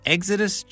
Exodus